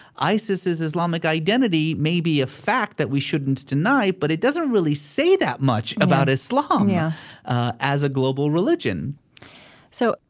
isis's islamic identity may be a fact that we shouldn't deny, but it doesn't really say that much about islam yeah as a global religion so,